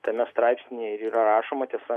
tame straipsnyje ir yra rašoma tiesa